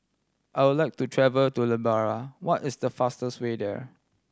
I would like to travel to Liberia what is the fastest way there